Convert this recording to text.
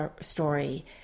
story